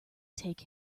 take